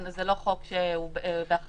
זה לא חוק שהוא באחריותנו,